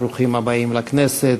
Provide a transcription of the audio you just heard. ברוכים הבאים לכנסת,